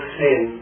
sin